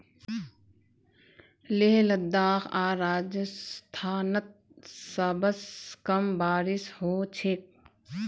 लेह लद्दाख आर राजस्थानत सबस कम बारिश ह छेक